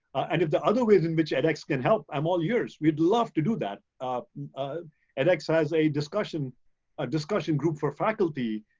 and if the other ways in which edx can help, i'm all ears. we'd love to do that. um ah edx has a discussion ah discussion group for faculty,